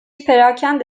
perakende